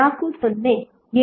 4076 A